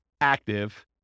active